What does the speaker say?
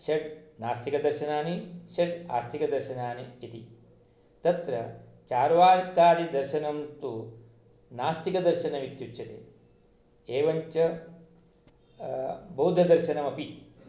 षट् नास्तिकदर्शनानि षट् आस्तिकदर्शनानि इति तत्र चार्वाकादि दर्शनं तु नास्तिकदर्शनमित्युच्यते एवञ्च बौद्धदर्शनमपि